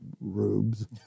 rubes